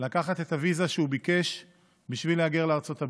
לקחת את הוויזה שהוא ביקש בשביל להגר לארצות הברית.